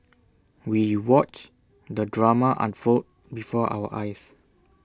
we watched the drama unfold before our eyes